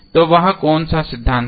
तो वह कौन सा सिद्धांत था